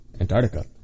Antarctica